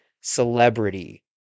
celebrity